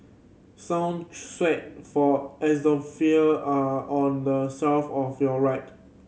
song for are on the shelf of your right